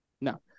No